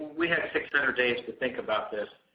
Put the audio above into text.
we had six hundred days to think about this